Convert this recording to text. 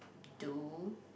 do